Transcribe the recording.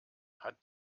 hat